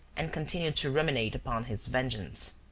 and continued to ruminate upon his vengeance.